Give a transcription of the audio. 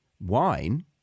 wine